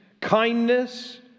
kindness